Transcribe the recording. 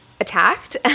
attacked